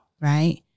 right